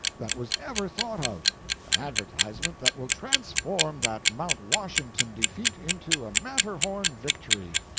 that was ever thought of an advertisement that will transform that mount washington defeat into a matterhorn victory.